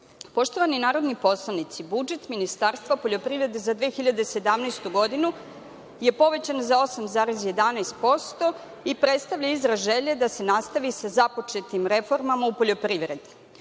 razvoju. Poštovani narodni poslanici, budžet Ministarstva poljoprivrede za 2017. godinu je povećan za 8,11% i predstavlja izraz želje da se nastavi sa započetim reformama u poljoprivredi.